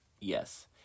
yes